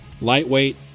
lightweight